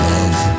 Love